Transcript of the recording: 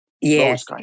yes